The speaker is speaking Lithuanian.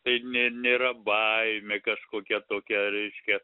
tai ne nėra baimė kažkokia tokia reiškia